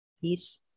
Peace